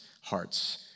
hearts